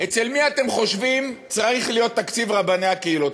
אצל מי אתם חושבים שצריך להיות תקציב רבני הקהילות?